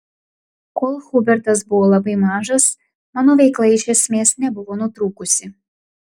kol hubertas buvo labai mažas mano veikla iš esmės nebuvo nutrūkusi